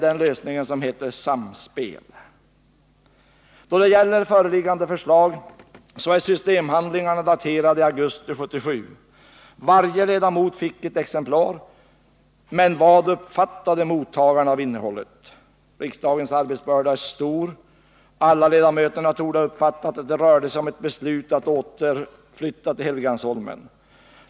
Den lösningen heter Samspel. Systemhandlingarna beträffande det föreliggande förslaget är daterade till augusti 1977. Varje ledamot fick ett exemplar. Men vad uppfattade mottagarna av innehållet? Riksdagens arbetsbörda är stor. å Alla ledamöterna torde ha uppfattat att det rörde sig om ett beslut att återflytta till Helgeandsholmen.